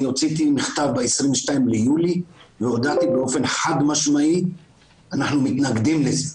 אני הוצאתי מכתב ב-22 ביולי והודעתי באופן חד משמעי שאנחנו מתנגדים לזה.